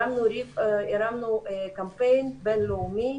הרמנו קמפיין בין-לאומי